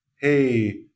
hey